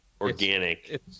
organic